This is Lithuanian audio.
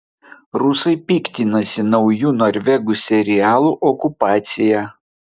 rusai piktinasi nauju norvegų serialu okupacija